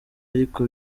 ariko